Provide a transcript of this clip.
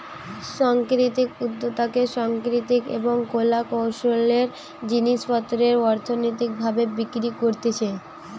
সাংস্কৃতিক উদ্যোক্তাতে সাংস্কৃতিক এবং কলা কৌশলের জিনিস পত্রকে অর্থনৈতিক ভাবে বিক্রি করতিছে